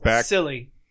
silly